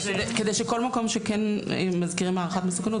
כדי שכל מקום שכן מזכירים הערכת מסוכנות,